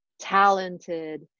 talented